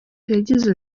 yagize